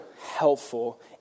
helpful